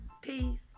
Peace